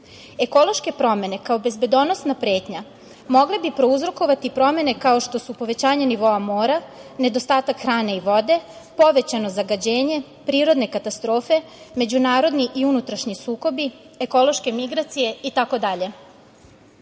Ekološke promene kao bezbedonosna pretnja mogle bi prouzrokovati promene kao što su povećanje nivoa mora, nedostatak hrane i vode, povećano zagađenje, prirodne katastrofe, međunarodni i unutrašnji sukobi, ekološke migracije i